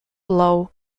low